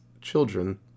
children